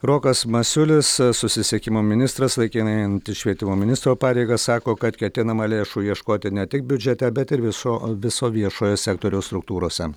rokas masiulis susisiekimo ministras laikinai einantis švietimo ministro pareigas sako kad ketinama lėšų ieškoti ne tik biudžete bet ir viso viso viešojo sektoriaus struktūrose